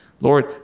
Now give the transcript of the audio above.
Lord